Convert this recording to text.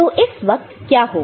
तो इस वक्त क्या होगा